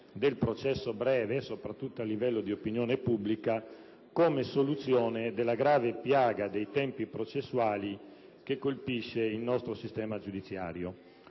del processo breve, soprattutto a livello di opinione pubblica, come soluzione della grave piaga dei tempi processuali che colpisce il nostro sistema giudiziario.